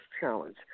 Challenge